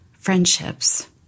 Friendships